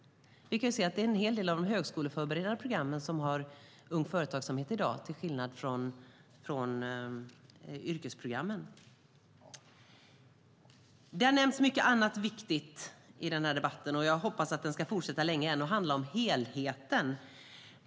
Vi kan se att en hel del av de högskoleförberedande programmen har ung företagsamhet i dag, till skillnad från yrkesprogrammen. Det har nämnts mycket annat viktigt i den här debatten, och jag hoppas att den ska fortsätta länge och handla om helheten.